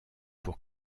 pour